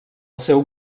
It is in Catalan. seu